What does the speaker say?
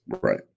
Right